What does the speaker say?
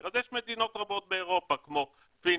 אז יש מדינות רבות באירופה כמו פינלנד,